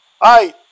Hi